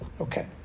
Okay